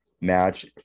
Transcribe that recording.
match